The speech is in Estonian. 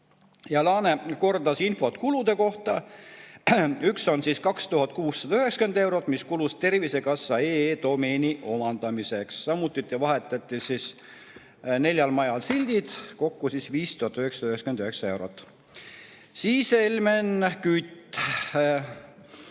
Laane kordas infot kulude kohta. Üks kulu on siis 2690 eurot, mis kulus tervisekassa.ee domeeni omandamiseks. Samuti vahetati neljal majal sildid, kokku 5999 eurot. Helmen Kütt